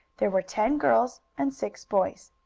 there were ten girls and six boys,